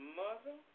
mother